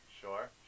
sure